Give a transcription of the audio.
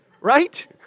right